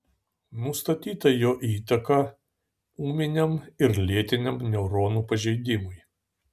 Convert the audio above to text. nustatyta jo įtaka ūminiam ir lėtiniam neuronų pažeidimui